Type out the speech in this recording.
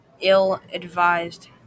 ill-advised